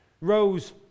Rose